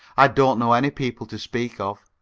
i don't know any people to speak of.